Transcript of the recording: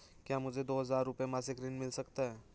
क्या मुझे दो हज़ार रुपये मासिक ऋण मिल सकता है?